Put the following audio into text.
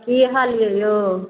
कि हाल अइ यौ